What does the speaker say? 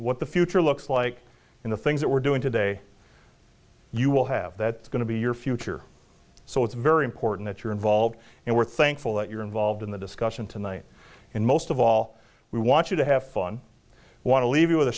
what the future looks like in the things that we're doing today you will have that's going to be your future so it's very important that you're involved and we're thankful that you're involved in the discussion tonight and most of all we want you to have fun i want to leave you with a